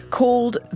called